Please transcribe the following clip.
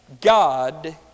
God